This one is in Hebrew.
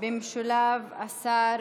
במשולב השר